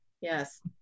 Yes